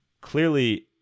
clearly